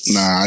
Nah